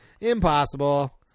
Impossible